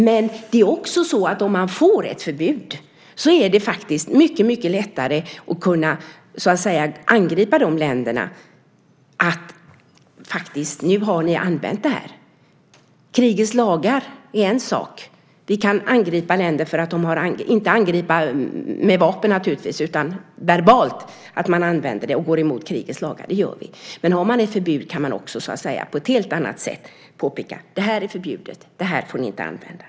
Men om man får ett förbud är det faktiskt mycket lättare att kunna angripa de länder som har använt de här vapnen. Krigets lagar är en sak. Vi kan angripa länder, naturligtvis inte med vapen utan verbalt, för att de går emot krigets lagar. Det gör vi. Men har man ett förbud kan man på ett helt annat sätt påpeka att det här är förbjudet. Det här får ni inte använda.